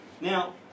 Now